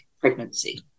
pregnancy